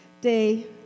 day